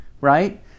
right